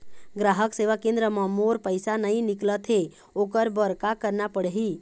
ग्राहक सेवा केंद्र म मोर पैसा नई निकलत हे, ओकर बर का करना पढ़हि?